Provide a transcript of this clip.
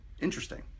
Interesting